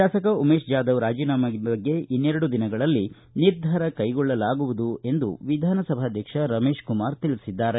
ಶಾಸಕ ಉಮೇಶ್ ಜಾಧವ್ ರಾಜೀನಾಮೆ ಬಗ್ಗೆ ಇನ್ನೆರಡು ದಿನಗಳಲ್ಲಿ ನಿರ್ಧಾರ ಕೈಗೊಳ್ಳಲಾಗುವುದು ಎಂದು ವಿಧಾನಸಭಾಧ್ಯಕ್ಷ ರಮೇಶ್ ಕುಮಾರ್ ಹೇಳಿದ್ದಾರೆ